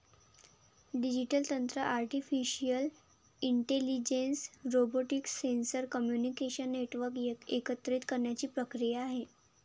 digital तंत्र artificial intelligence, robotics, sensor, communication network एकत्रित करण्याची प्रक्रिया आहे